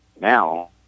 Now